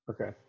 Okay